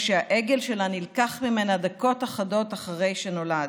שהעגל שלה נלקח ממנה דקות אחדות אחרי שנולד,